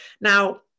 Now